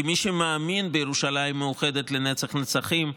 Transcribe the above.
כי מי שמאמין בירושלים מאוחדת לנצח-נצחים,